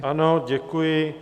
Ano, děkuji.